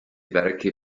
werke